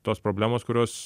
tos problemos kurios